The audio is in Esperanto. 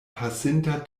pasinta